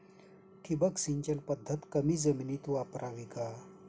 ठिबक सिंचन पद्धत कमी जमिनीत वापरावी का?